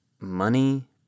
money